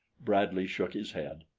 bradley shook his head.